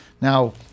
Now